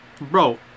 bro